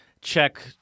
check